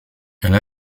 elle